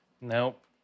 Nope